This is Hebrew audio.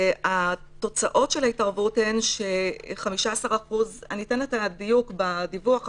התוצאות של ההתערבות אני אתן את הדיוק בדיווח,